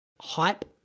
hype